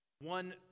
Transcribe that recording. one